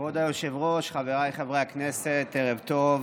כבוד היושב-ראש, חבריי חברי הכנסת, ערב טוב.